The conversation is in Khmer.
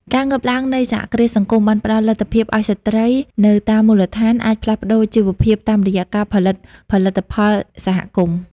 ការងើបឡើងនៃសហគ្រាសសង្គមបានផ្ដល់លទ្ធភាពឱ្យស្ត្រីនៅតាមមូលដ្ឋាន អាចផ្លាស់ប្តូរជីវភាពតាមរយៈការផលិតផលិតផលសហគមន៍។